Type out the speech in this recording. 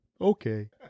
Okay